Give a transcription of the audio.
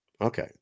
Okay